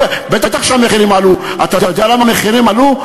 בטח שהמחירים עלו, אתה יודע למה המחירים עלו?